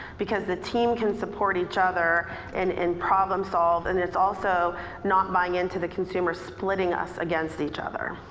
because the team can support each other and and problem solve and it's also not buying into the consumer's splitting us against each other.